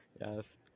Yes